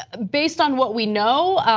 ah based on what we know,